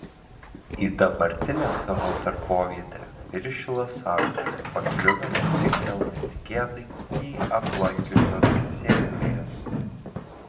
į dabartinę savo darbovietę viršilas sako pakliuvęs tik dėl netikėtai jį aplankiusios sėkmės